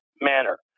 manner